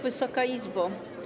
Wysoka Izbo!